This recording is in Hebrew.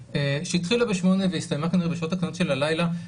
- שהתחילה בשמונה והסתיימה כנראה בשעות הקטנות של הלילה,